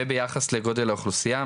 וביחס לגודל האוכלוסיה.